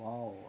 !wow!